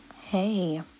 Hey